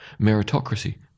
Meritocracy